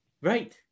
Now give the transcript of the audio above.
Right